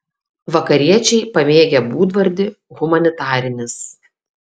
vakariečiai pamėgę būdvardį humanitarinis